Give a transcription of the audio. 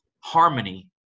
harmony